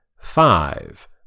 five